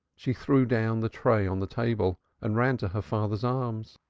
she threw down the tray on the table and ran to her father's arms.